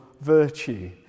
virtue